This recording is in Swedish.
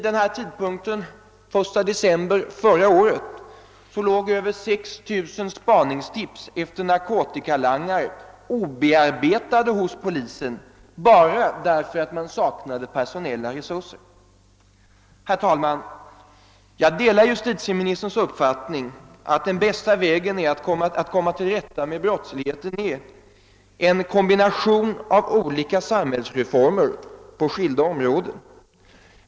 Den 1 december i fjol låg över 6 000 spaningstips om narkotikalangare obearbetade hos polisen enbart därför att denna saknade personella resurser. Herr talman! Jag delar justitieministerns uppfattning att den bästa vägen att komma till rätta med brottsligheten är en kombination av olika samhällsreformer på skilda områden.